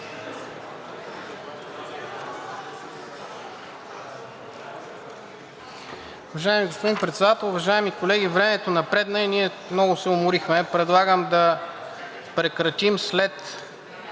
Уважаеми господин Председател, уважаеми колеги! Времето напредна и ние много се уморихме. Предлагам да прекратим след